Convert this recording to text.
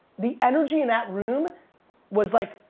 the energy in that room was like,